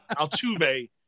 Altuve